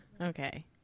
Okay